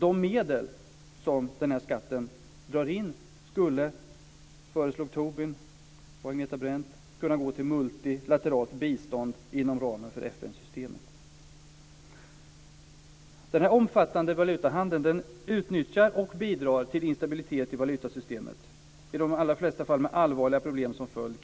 De medel som denna skatt drar in skulle, föreslog Tobin och Agneta Brendt, kunna gå till multilateralt bistånd inom ramen för FN-systemet. Denna omfattande valutahandel utnyttjar och bidrar till instabilitet i valutasystemet, i de allra flesta fall med allvarliga problem som följd.